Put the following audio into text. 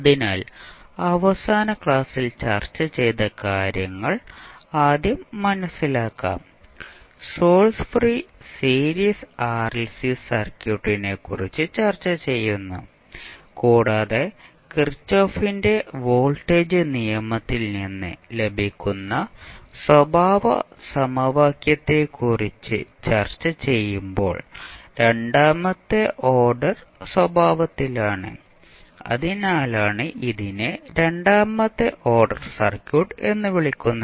അതിനാൽ അവസാന ക്ലാസ്സിൽ ചർച്ച ചെയ്ത കാര്യങ്ങൾ ആദ്യം മനസിലാക്കാം സോഴ്സ് ഫ്രീ സീരീസ് ആർഎൽസി സർക്യൂട്ടിനെക്കുറിച്ച് ചർച്ചചെയ്യുന്നു കൂടാതെ കിർചോഫിന്റെ വോൾട്ടേജ് നിയമത്തിൽ നിന്ന് ലഭിക്കുന്ന സ്വഭാവ സമവാക്യത്തെക്കുറിച്ച് ചർച്ചചെയ്യുമ്പോൾ രണ്ടാമത്തെ ഓർഡർ സ്വഭാവത്തിലാണ് അതിനാലാണ് ഇതിനെ രണ്ടാമത്തെ ഓർഡർ സർക്യൂട്ട് എന്ന് വിളിക്കുന്നത്